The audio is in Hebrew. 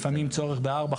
לפעמים צורך בארבע,